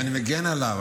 שאני מגן עליו,